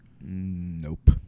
Nope